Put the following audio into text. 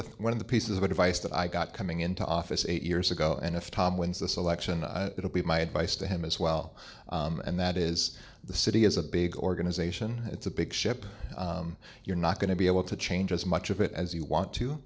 the one of the pieces of advice that i got coming into office eight years ago and if tom wins this election it will be my advice to him as well and that is the city is a big organization it's a big ship you're not going to be able to change as much of it as you want to